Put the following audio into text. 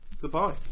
Goodbye